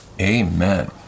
Amen